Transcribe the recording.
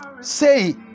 say